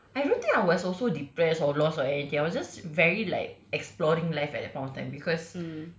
I don't think I was also depressed or lost or anything I was just very like exploring life at that point of time because